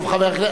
טוב, חבר הכנסת.